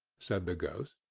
said the ghost.